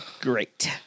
Great